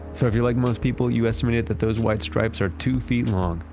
so, if you're like most people you estimated that those white stripes are two feet long.